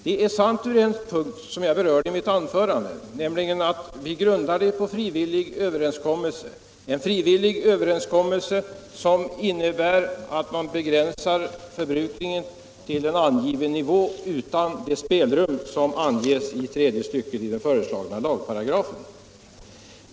Det är riktigt endast i en punkt, som jag berörde i mitt anförande, nämligen den att vi grundade vårt förslag på frivilliga överenskommelser, som innebär att man begränsar förbrukningen till en angiven nivå och utan det spelrum som anges i tredje stycket i den föreslagna lagparagrafen.